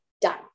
done